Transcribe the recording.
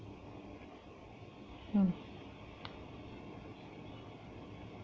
mm